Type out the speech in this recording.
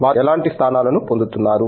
వారు ఎలాంటి స్థానాలను పొందుతున్నారు